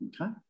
okay